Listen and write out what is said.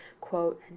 quote